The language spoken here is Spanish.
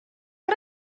río